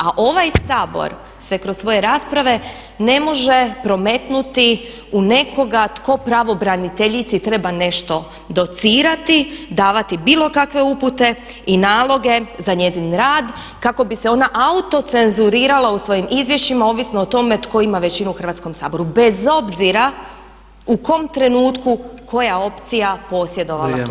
A ovaj Sabor se kroz svoje rasprave ne može prometnuti u nekoga tko pravobraniteljici treba nešto docirati, davati bilo kakve upute i naloge za njezin rad kako bi se ona autocenzurirala u svojim izvješćima ovisno o tome tko ima većinu u Hrvatskom saboru, bez obzira u kom trenutku koja opcija posjedovala tu većinu.